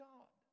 God